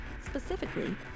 Specifically